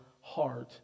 heart